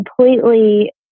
completely